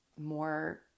more